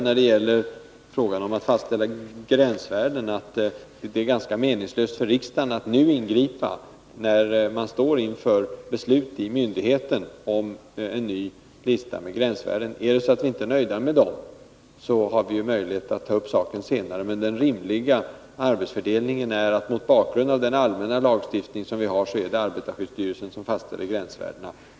När det gäller fastställandet av gränsvärden vidhåller jag att det är ganska meningslöst för riksdagen att ingripa nu, eftersom man vid myndigheten står i begrepp att besluta om en ny gränsvärdeslista. Är vi inte nöjda med värdena, har vi ju möjlighet att ta upp saken senare. Den rimliga arbetsfördelningen är att, mot bakgrund av den allmänna lagstiftningen, låta arbetarskyddsstyrelsen fastställa gränsvärdena.